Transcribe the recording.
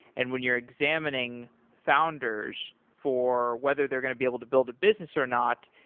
and when you're examining founders for whether they're going to be able to build a business or not,